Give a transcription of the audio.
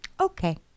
okay